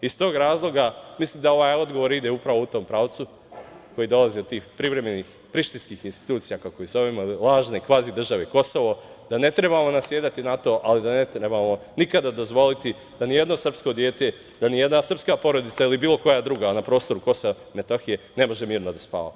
Iz tog razloga mislim da ovaj odgovor ide upravo u tom pravcu koji dolazi od tih privremenih prištinskih institucija, kako ih zovemo, kvazi države Kosovo, da ne trebamo nasedati na to, ali da ne trebamo nikada dozvoliti da nijedno srpsko dete, da nijedna srpska porodica ili bilo koja druga na prostoru KiM ne može mirno da spava.